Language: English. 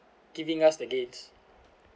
giving us the gains